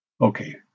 Okay